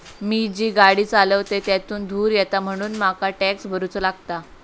मी जी गाडी चालवतय त्यातुन धुर येता म्हणून मका टॅक्स भरुचो लागता